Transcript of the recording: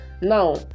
now